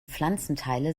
pflanzenteile